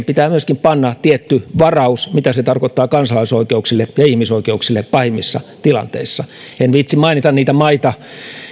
pitää myöskin panna tietty varaus mitä se tarkoittaa kansalaisoikeuksille ja ihmisoikeuksille pahimmissa tilanteissa en viitsi mainita niitä maita